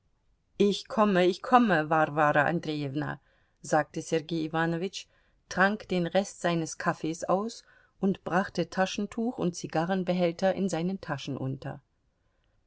ich komme ich komme warwara andrejewna sagte sergei iwanowitsch trank den rest seines kaffees aus und brachte taschentuch und zigarrenbehälter in seinen taschen unter